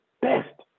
best